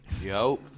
Yo